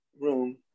room